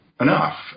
enough